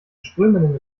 strömenden